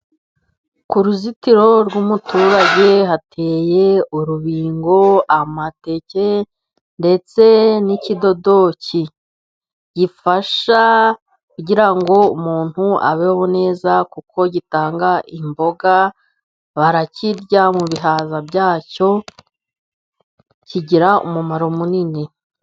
Ku ruzitiro rw'umuturage hateye urubingo , amateke ndetse n'ikidodoki . Gifasha kugira ngo umuntu abeho neza kuko gitanga imboga . Barakirya mu bihaza byacyo , kigira umumaro munini.